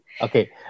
Okay